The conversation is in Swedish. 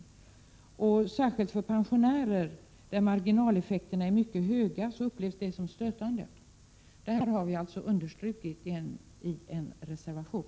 Detta upplevs som stötande särskilt av pensionärer för vilka marginaleffekterna är mycket höga. Detta har vi velat understryka i en reservation.